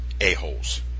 a-holes